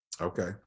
Okay